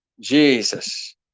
Jesus